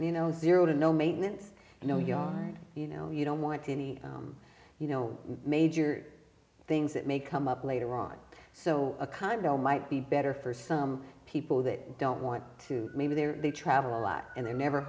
you know zero to no maintenance and no yard you know you don't want any you know major things that may come up later on so a condo might be better for some people that don't want to maybe there they travel a lot and they're never